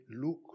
look